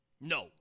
No